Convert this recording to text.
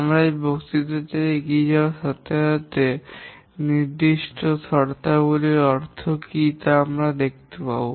আমরা এই বক্তৃতাটিতে এগিয়ে যাওয়ার সাথে সাথে নির্দিষ্ট শর্তাবলীর অর্থ কী তা আমরা দেখতে পাব